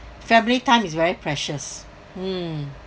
family time is very precious mm